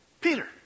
Peter